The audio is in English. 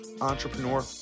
entrepreneur